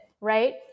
right